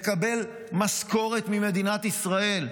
מקבל משכורת ממדינת ישראל?